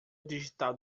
digital